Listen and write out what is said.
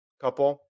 couple